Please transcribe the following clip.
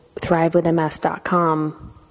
thrivewithms.com